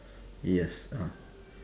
yes